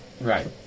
Right